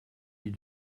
mis